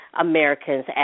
Americans